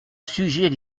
sujet